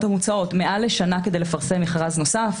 המוצעות מעל לשנה כדי לפרסם מכרז נוסף?